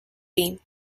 beam